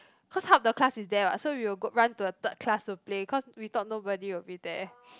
cause half the classes there ah so you go run to a third class to play because we thought nobody would be there